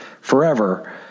forever